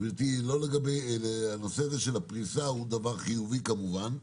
גברתי, הנושא הזה של הפריסה הוא דבר חיובי כמובן.